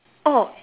oh